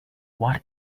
what